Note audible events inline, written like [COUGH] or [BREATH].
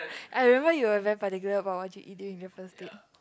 [BREATH] I remember you were very particular about what you eat during the first date